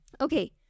Okay